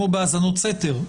כמו בהאזנות סתר,